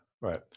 right